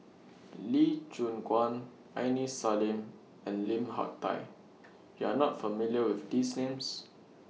Lee Choon Guan Aini Salim and Lim Hak Tai YOU Are not familiar with These Names